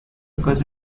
occurs